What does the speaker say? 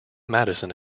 madison